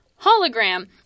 hologram